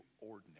ordinary